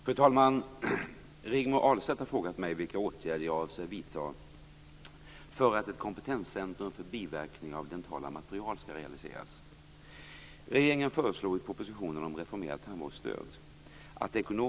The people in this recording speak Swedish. Fru talman! Rigmor Ahlstedt har frågat mig vilken åtgärd jag avser vidta för att ett kompetenscentrum för biverkningar av dentala material skall realiseras.